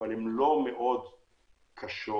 לא מאוד קשות